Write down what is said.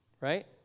Right